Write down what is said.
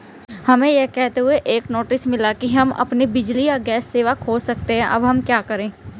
हमें यह कहते हुए एक नोटिस मिला कि हम अपनी बिजली या गैस सेवा खो सकते हैं अब हम क्या करें?